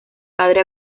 padre